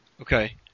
Okay